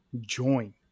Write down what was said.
Join